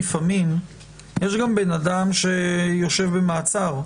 לפעמים מנגד יש אדם שיושב במעצר.